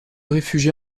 réfugia